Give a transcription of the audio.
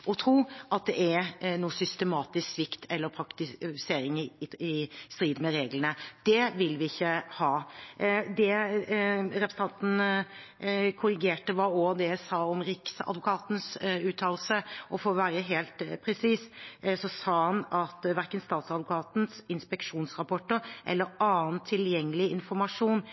tro at det er noen systematisk svikt eller praktisering i strid med reglene. Det vil vi ikke ha. Det representanten korrigerte, var det jeg sa om Riksadvokatens uttalelse, og for å være helt presis sa han at «verken statsadvokatens inspeksjonsrapporter eller annen tilgjengelig informasjon